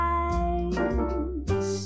eyes